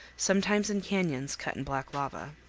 sometimes in canyons cut in black lava.